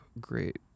great